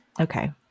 Okay